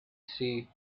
see